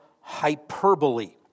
hyperbole